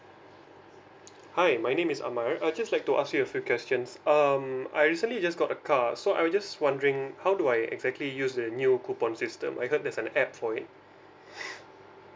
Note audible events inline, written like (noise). hi my name is amar I just like to ask you a few questions um I recently just got a car so I'm just wondering how do I exactly use the new coupon system I heard there's an app for it (breath)